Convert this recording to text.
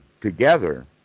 together